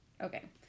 Okay